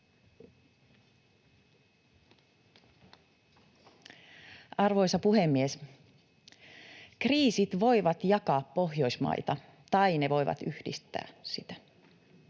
Arvoisa puhemies! Kriisit voivat jakaa Pohjoismaita tai ne voivat yhdistää sitä.